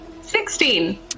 Sixteen